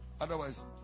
Otherwise